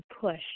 push